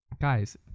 Guys